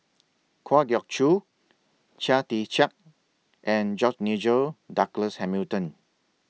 Kwa Geok Choo Chia Tee Chiak and George Nigel Douglas Hamilton